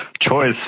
choice